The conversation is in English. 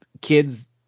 kids